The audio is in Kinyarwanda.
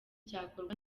cyakorwa